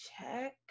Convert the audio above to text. check